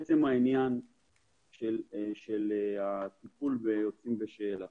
לעצם העניין של הטיפול ביוצאים בשאלה,